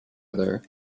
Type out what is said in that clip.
other